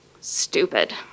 stupid